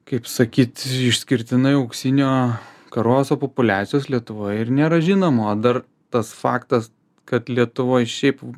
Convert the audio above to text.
kaip sakyt išskirtinai auksinio karoso populiacijos lietuvoj ir nėra žinoma o dar tas faktas kad lietuvoj šiaip